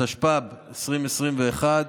התשפ"ב 2021,